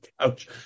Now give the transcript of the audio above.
couch